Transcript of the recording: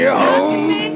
home